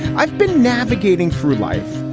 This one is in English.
i've been navigating through life,